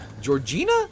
Georgina